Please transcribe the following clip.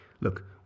Look